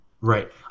Right